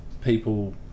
people